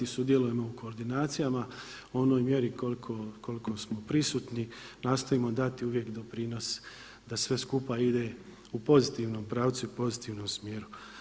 Sudjelujemo u koordinacijama u onoj mjeri koliko smo prisutni, nastojimo dati uvijek doprinos da sve skupa ide u pozitivnom pravcu i u pozitivnom smjeru.